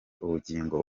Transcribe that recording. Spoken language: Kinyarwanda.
ubugingo